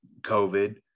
COVID